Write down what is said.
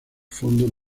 fondo